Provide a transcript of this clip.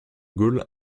gaulle